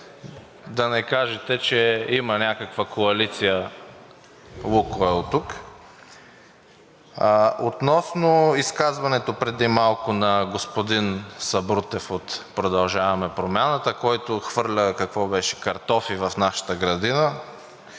да не кажете, че има някаква коалиция „Лукойл“ тук. Относно изказването преди малко на господин Сабрутев от „Продължаваме Промяната“, който хвърля – какво беше, картофи в нашата градина